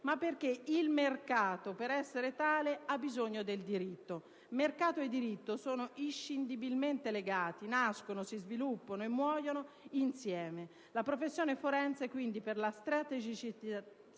ma perché il mercato, per essere tale, ha bisogno del diritto. Mercato e Diritto sono "inscindibilmente legati: nascono, si sviluppano e muoiono insieme". La professione forense, quindi, per la "strategicità"